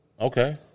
Okay